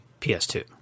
PS2